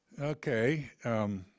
Okay